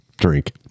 Drink